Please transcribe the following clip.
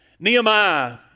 Nehemiah